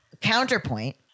Counterpoint